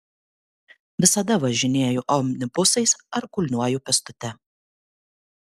visada važinėju omnibusais ar kulniuoju pėstute